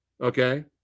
okay